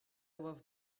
was